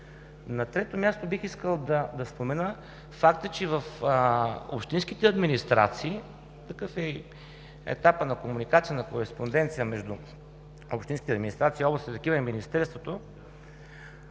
На трето място бих искал да спомена факта, че и в общинските администрации, такъв е и етапът на комуникацията на кореспонденция между общинските и областните администрации, и Министерството.